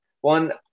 One